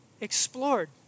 explored